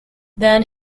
then